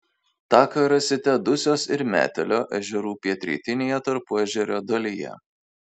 taką rasite dusios ir metelio ežerų pietrytinėje tarpuežerio dalyje